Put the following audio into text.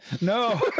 No